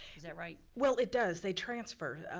is that right? well, it does, they transfer.